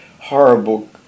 horrible